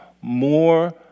more